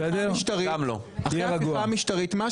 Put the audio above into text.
אחרי ההפיכה המשטרית.